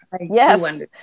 Yes